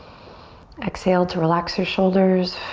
exhale to relax your shoulders.